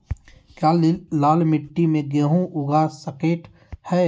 क्या लाल मिट्टी में गेंहु उगा स्केट है?